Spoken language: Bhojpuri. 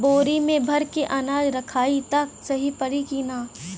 बोरी में भर के अनाज रखायी त सही परी की ना?